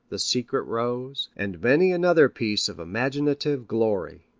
the secret rose, and many another piece of imaginative glory.